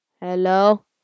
Hello